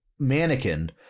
Mannequin